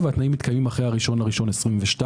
והתנאים מתקיימים לאחר ה-1 בינואר 2022,